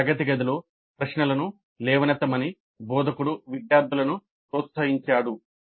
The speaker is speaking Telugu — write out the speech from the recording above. తరగతి గదిలో ప్రశ్నలను లేవనెత్తమని బోధకుడు విద్యార్థులను ప్రోత్సహించాడు